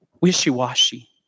Wishy-washy